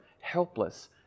helpless